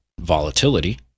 volatility